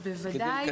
בוודאי,